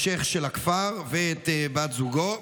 השייח' של הכפר, ואת בת זוגו,